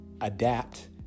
adapt